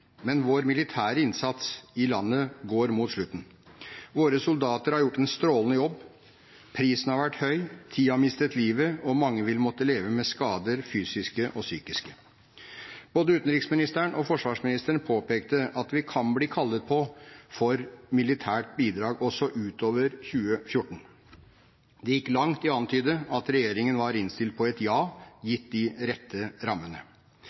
Men vår militære innsats i landet går mot slutten. Våre soldater har gjort en strålende jobb. Prisen har vært høy. Ti har mistet livet, og mange vil måtte leve med skader – fysiske og psykiske. Både utenriksministeren og forsvarsministeren påpekte at vi kan bli kallet på for militært bidrag også utover 2014. De gikk langt i å antyde at regjeringen var innstilt på et ja, gitt de rette rammene.